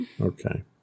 Okay